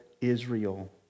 Israel